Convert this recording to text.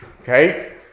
okay